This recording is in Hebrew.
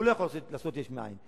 והוא לא יכול לעשות יש מאין.